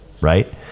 right